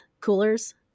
coolers